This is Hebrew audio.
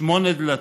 שמונה דלתות.